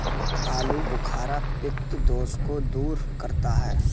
आलूबुखारा पित्त दोष को दूर करता है